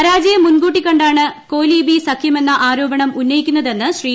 പരാജയം മുൻകൂട്ടി കണ്ടാണ് കോലീബി സഖ്യമെന്ന ആരോപണം ഉന്നയിക്കുന്നതെന്ന് ശ്രീ